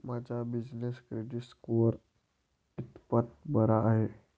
माझा business credit score कितपत बरा आहे?